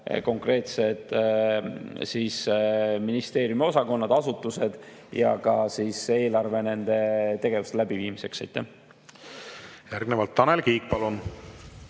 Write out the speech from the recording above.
konkreetsed ministeeriumi osakonnad ja asutused ja on ka eelarve nende tegevuste läbiviimiseks. Järgnevalt Tanel Kiik, palun!